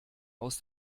aus